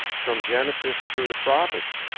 from genesis through the prophets,